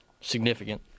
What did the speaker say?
significant